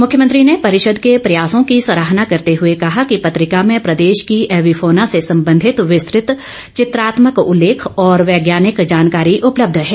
मुख्यमंत्री ने परिषद के प्रयासों की सराहना करते हुए कहा कि पत्रिका में प्रदेश की एविफॉना से सम्बंधित विस्तृत चित्रात्मक उल्लेख और वैज्ञानिक जानकारी उपलब्ध है